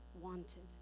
wanted